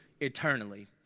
eternally